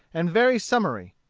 and very summary.